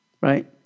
Right